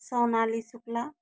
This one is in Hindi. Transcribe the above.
सोनाली शुक्ला